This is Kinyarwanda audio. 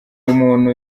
umuntu